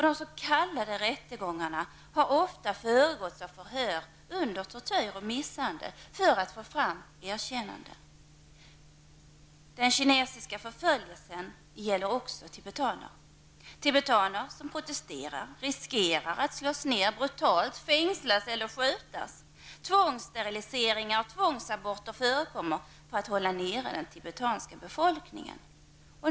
De s.k. rättegångarna har ofta föregåtts av förhör under tortyr och misshandel -- detta för att få fram erkännanden. Den kinesiska förföljelsen gäller också tibetaner. Tibetaner som protesterar riskerar att bli brutalt nedslagna, att bli fängslade eller att bli skjutna. Tvångssteriliseringar och tvångsaborter förekommer för att hålla nere den tibetanska befolkningen.